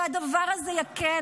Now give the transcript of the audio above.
והדבר הזה יקל,